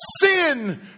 sin